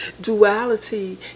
Duality